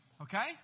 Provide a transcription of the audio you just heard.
Okay